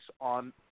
on